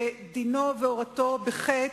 שלידתו והורתו בחטא,